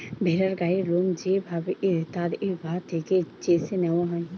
ভেড়ার গায়ের লোম যে ভাবে তাদের গা থেকে চেছে নেওয়া হয়